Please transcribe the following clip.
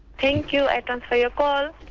thank you, i'll transfer your call.